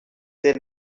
their